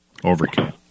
Overkill